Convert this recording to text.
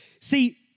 See